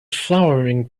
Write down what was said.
flowering